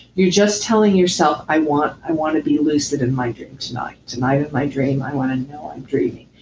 you're just telling yourself, i want i want to be lucid in my dream tonight. tonight in my dream, i want to know i'm dreaming.